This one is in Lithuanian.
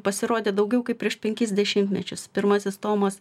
pasirodė daugiau kaip prieš penkis dešimtmečius pirmasis tomas